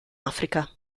africa